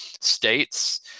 states